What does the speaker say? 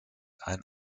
ein